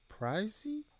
pricey